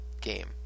game